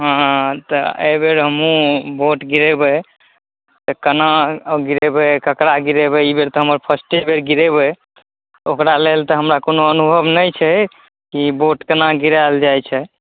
हँ तऽ अइ बेर हमहुँ वोट गिरेबय तऽ केना गिरेबय ककरा गिरेबय ई बेर तऽ हमर फस्टे बेर गिरेबय ओकरा लेल तऽ हमरा कोनो अनुभव नहि छै कि वोट केना गिरायल जाइ छै